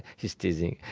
he's teasing.